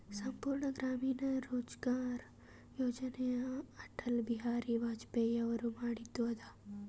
ಸಂಪೂರ್ಣ ಗ್ರಾಮೀಣ ರೋಜ್ಗಾರ್ ಯೋಜನ ಅಟಲ್ ಬಿಹಾರಿ ವಾಜಪೇಯಿ ಅವರು ಮಾಡಿದು ಅದ